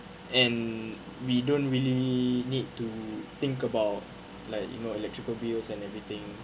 and we don't really need to think about like you know electrical bills and everything